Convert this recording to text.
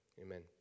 amen